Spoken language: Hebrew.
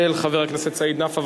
של חבר הכנסת סעיד נפאע.